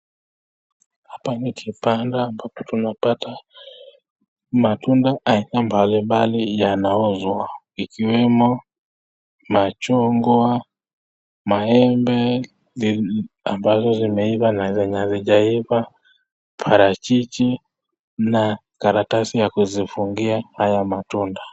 Hapa ni kibanda ambapo tunapata matunda aina mbalimbali yanauzwa, ikiwemo machungwa, maembe, ndizi ambazo zimeiva na zenye hazijaiva, parachichi na karatasi ya kuzifungia haya matunda.